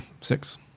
six